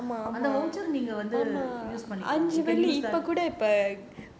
அந்த நீங்க பண்ணிக்கலாம்:antha neenga pannikalaam you can use right